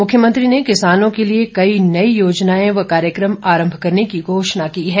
मुख्यमंत्री ने किसानों के लिए कई नई योजनाएं व कार्यक्रम आरम्भ करने की घोषणा की है